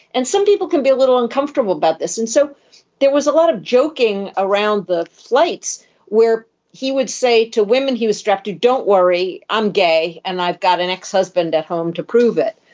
and some people can be a little uncomfortable about this and so there was a lot of joking around the flights where he would say to women he was strapped. don't worry i'm gay and i've got an ex-husband at home to prove it.